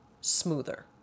smoother